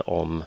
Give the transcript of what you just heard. om